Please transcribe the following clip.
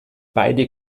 beide